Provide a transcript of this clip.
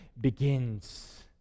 begins